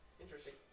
interesting